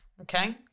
Okay